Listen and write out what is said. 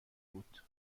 بود